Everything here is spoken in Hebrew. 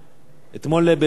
אתמול בוועדת החוקה,